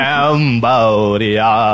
Cambodia